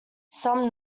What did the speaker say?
some